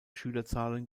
schülerzahlen